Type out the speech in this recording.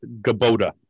Gabota